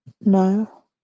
No